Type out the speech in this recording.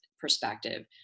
perspective